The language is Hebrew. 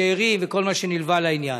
השאירים וכל מה שנלווה לעניין.